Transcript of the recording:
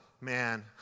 man